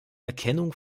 erkennung